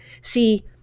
see